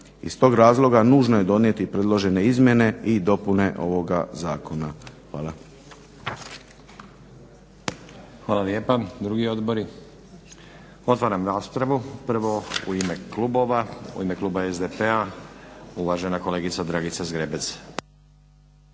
Iz tog razloga nužno je donijeti predložene izmjene i dopune ovoga zakona. Hvala.